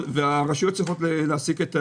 הרשויות צריכות להשיג את הסייעות.